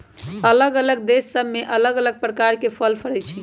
अल्लग अल्लग देश सभ में अल्लग अल्लग प्रकार के फल फरइ छइ